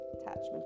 attachment